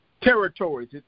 territories